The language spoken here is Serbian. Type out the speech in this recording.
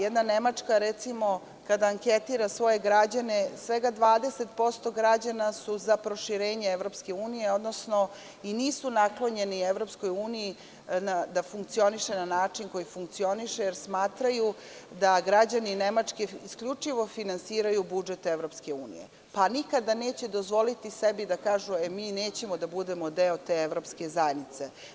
Jedna Nemačka, recimo, kada anketira svoje građane, svega 20% građana je za proširenje EU, odnosno nisu naklonjeni prema EU da funkcioniše na način na koji funkcioniše, jer smatraju da građani Nemačke isključivo finansiraju budžet EU, pa nikada neće dozvoliti sebi da kažu – mi nećemo da budemo deo te evropske zajednice.